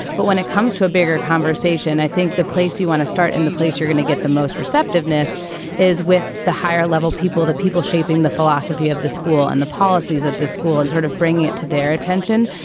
but when it comes to. a bigger conversation, i think the place you want to start in, the place you're going to get the most receptiveness is with the higher level people, the people shaping the philosophy of the school and the policies of the school and sort of bring it to their attention,